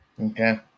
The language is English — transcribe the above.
Okay